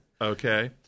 Okay